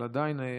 אבל עדיין אלפי,